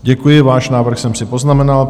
Děkuji, váš návrh jsem si poznamenal.